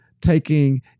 taking